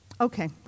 okay